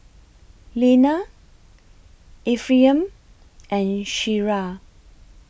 Leanna Ephriam and Shira